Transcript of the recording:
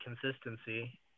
consistency